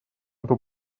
эту